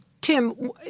Tim